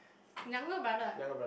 younger brother ah